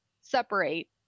separate